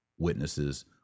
Witnesses